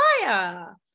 fire